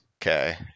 Okay